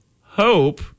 hope